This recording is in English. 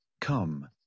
Come